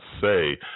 say